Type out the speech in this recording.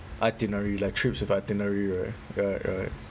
itinerary like trips with itinerary right right right